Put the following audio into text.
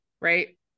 right